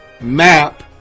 Map